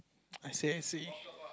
I say see